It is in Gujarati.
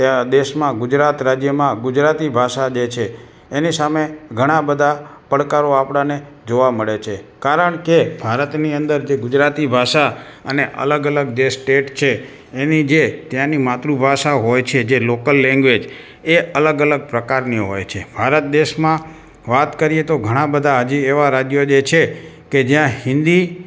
અ દેશમાં ગુજરાત રાજ્યમાં ગુજરાતી ભાષા જે છે એની સામે ઘણા બધા પડકારો આપણને જોવા મળે છે કારણ કે ભારતની અંદર જે ગુજરાતી ભાષા અને અલગ અલગ જે સ્ટેટ છે એની જે ત્યાંની માતૃભાષા હોય છે જે લોકલ લેંગ્વેજ એ અલગ અલગ પ્રકારની હોય છે ભારત દેશમાં વાત કરીએ તો ઘણાં બધાં હજી એવા રાજ્યો જે છે કે જ્યાં હિંદી